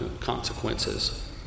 consequences